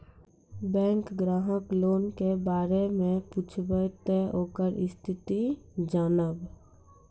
Bank ग्राहक loan के बारे मैं पुछेब ते ओकर स्थिति जॉनब?